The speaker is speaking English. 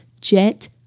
jet